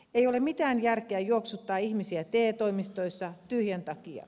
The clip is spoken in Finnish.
ei ole mitään järkeä juoksuttaa ihmisiä te toimistoissa tyhjän takia